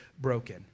broken